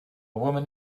woman